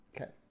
okay